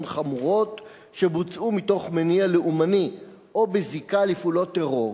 חמורות שבוצעו מתוך מניע לאומני או בזיקה לפעולות טרור,